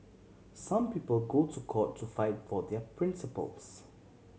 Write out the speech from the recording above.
some people go to court to fight for their principles